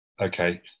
okay